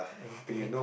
and to make